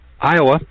Iowa